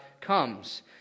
comes